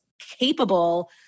capable